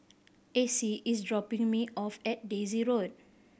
Acie is dropping me off at Daisy Road